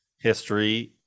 history